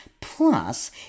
Plus